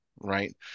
Right